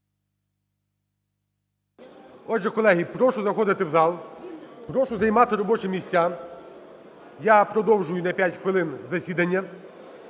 Отже, колеги, прошу заходити в зал, прошу займати робочі місця. Я продовжую на 5 хвилин засідання.